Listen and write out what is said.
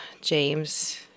James